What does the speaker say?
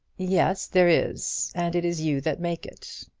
yes, there is. and it is you that make it.